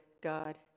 God